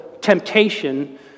temptation